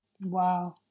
Wow